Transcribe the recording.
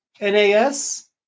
nas